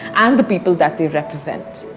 and the people that they represent.